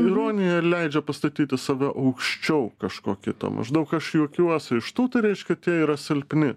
ironija leidžia pastatyti save aukščiau kažko kito maždaug aš juokiuosi iš tų tai reiškia tie yra silpni